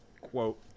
Quote